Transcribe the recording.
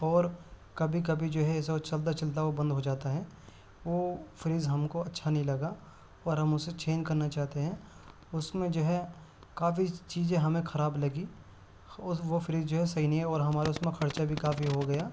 اور کبھی کبھی جو ہے ایسا چلتا چلتا وہ بند ہو جاتا ہے وہ فریج ہم کو اچھا نہیں لگا اور ہم اسے چینج کرنا چاہتے ہیں اس میں جو ہے کافی چیزیں ہمیں خراب لگی وہ فریج جو ہے سہی نہیں ہے اور ہمارے اس میں خرچہ بھی کافی ہو گیا